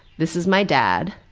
this is my dad,